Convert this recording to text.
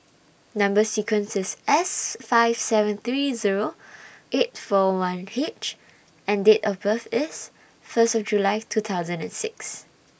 Number sequence IS S five seven three Zero eight four one H and Date of birth IS First of July two thousand and six